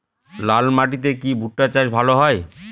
লাল মাটিতে কি ভুট্টা চাষ ভালো হয়?